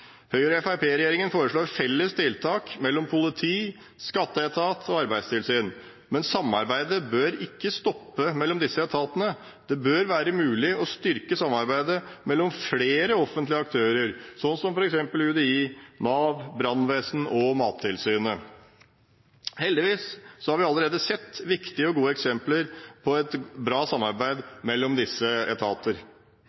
Høyre, Fremskrittspartiet og Venstre er også opptatt av å styrke og videreutvikle samarbeidet mellom offentlige kontrolletater. Høyre–Fremskrittsparti-regjeringen foreslår felles tiltak hos politiet, skatteetaten og Arbeidstilsynet. Men samarbeidet bør ikke stoppe med disse etatene, det bør være mulig å styrke samarbeidet mellom flere offentlige aktører, som f.eks. UDI, Nav, brannvesenet og Mattilsynet. Heldigvis har vi allerede sett viktige og gode eksempler på et bra